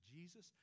Jesus